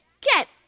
get